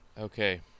Okay